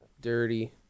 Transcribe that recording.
Dirty